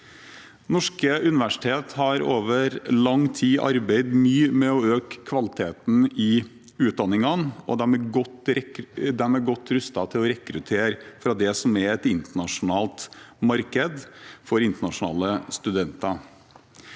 Norske universiteter har over lang tid arbeidet mye med å øke kvaliteten i utdanningene, og de er godt rustet til å rekruttere fra det som er et internasjonalt marked for internasjonale studenter.